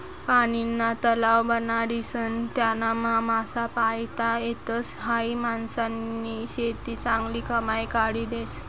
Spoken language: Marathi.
पानीना तलाव बनाडीसन त्यानामा मासा पायता येतस, हायी मासानी शेती चांगली कमाई काढी देस